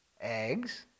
Eggs